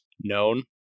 known